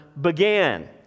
began